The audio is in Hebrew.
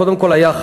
קודם כול היחס,